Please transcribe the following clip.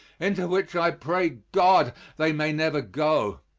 into which i pray god they may never go,